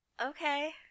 Okay